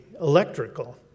electrical